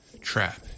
Trap